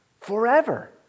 forever